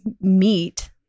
meet